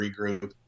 regroup